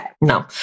No